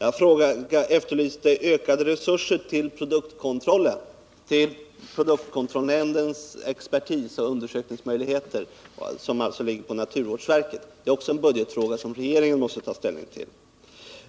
Jag efterlyste ökade resurser till produktkontrollnämndens expertisoch undersökningsmöjligheter, som alltså ligger på naturvårdsverket. Det är också en budgetfråga som regeringen måste ta ställning till.